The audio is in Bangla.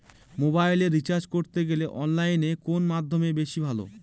মোবাইলের রিচার্জ করতে গেলে অনলাইনে কোন মাধ্যম বেশি ভালো?